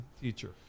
teacher